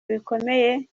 bikomeye